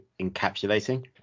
encapsulating